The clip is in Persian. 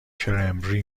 کرنبری